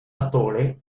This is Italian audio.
attore